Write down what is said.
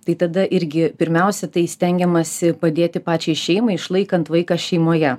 tai tada irgi pirmiausia tai stengiamasi padėti pačiai šeimai išlaikant vaiką šeimoje